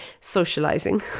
socializing